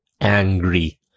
angry